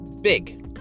Big